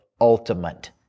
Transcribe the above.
ultimate